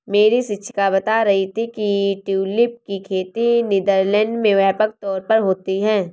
मेरी शिक्षिका बता रही थी कि ट्यूलिप की खेती नीदरलैंड में व्यापक तौर पर होती है